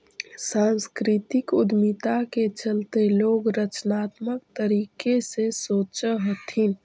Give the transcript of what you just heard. सांस्कृतिक उद्यमिता के चलते लोग रचनात्मक तरीके से सोचअ हथीन